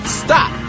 stop